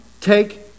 take